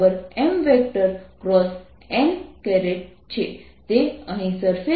આ બેન્ડનો કુલ ક્ષેત્ર 2πR2sinθdθ છે